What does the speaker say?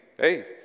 hey